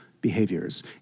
behaviors